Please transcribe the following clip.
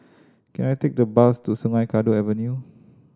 can I take a bus to Sungei Kadut Avenue